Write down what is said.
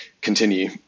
continue